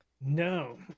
No